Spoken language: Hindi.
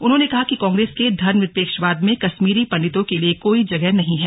उन्होंने कहा कि कांग्रेस के धर्मनिरपेक्षवाद में कश्मीरी पंडितों के लिए कोई जगह नहीं है